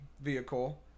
vehicle